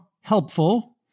helpful